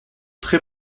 très